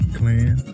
clan